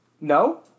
No